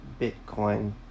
Bitcoin